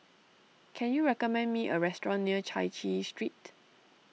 can you recommend me a restaurant near Chai Chee Street